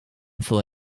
for